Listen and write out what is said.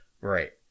Right